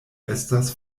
estas